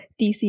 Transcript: dc